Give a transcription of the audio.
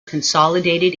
consolidated